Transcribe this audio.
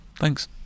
Thanks